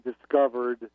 discovered